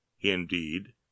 indeed